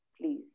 Please